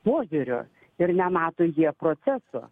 požiūrio ir nemato jie proceso